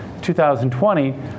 2020